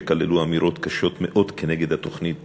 שכללו אמירות קשות מאוד כנגד התוכנית